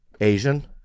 Asian